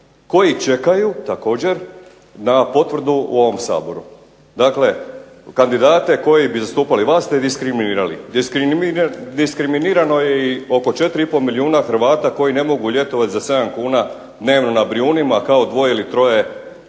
koji čekaju također na potvrdu u ovom Saboru. Dakle, kandidate koji bi zastupali vas ste diskriminirali. Diskriminirano je i oko 4,5 milijuna Hrvata koji ne mogu ljetovat za 7 kuna dnevno na Brijunima kao dvoje ili troje SDP-ovaca